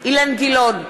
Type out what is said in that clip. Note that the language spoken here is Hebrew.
אילן גילאון,